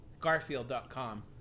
Garfield.com